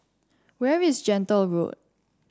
where is Gentle Road